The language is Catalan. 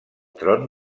tron